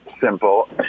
simple